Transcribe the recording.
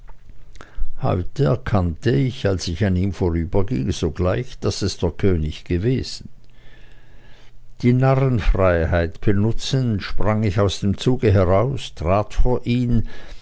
heute erkannte ich als ich ihm vorüberging sogleich daß es der könig gewesen die narrenfreiheit benutzend sprang ich aus dem zuge heraus trat vor ihn